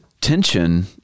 tension